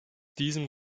diesem